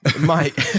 Mike